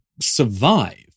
survive